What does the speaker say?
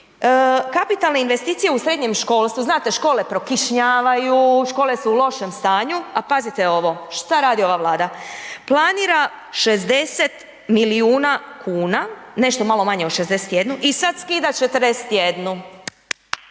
Kapitalne investicije u srednjem školstvu, znate škole prokišnjavaju, škole su u lošem stanju a pazite ovo, što radi ova Vlada. Planira 60 milijuna kuna, nešto malo manje od 61, i sad skida 41.